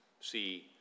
See